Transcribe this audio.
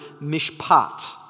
mishpat